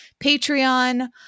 Patreon